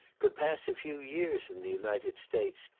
could pass a few years in the united states,